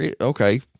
okay